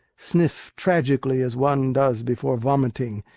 sniff tragically as one does before vomiting,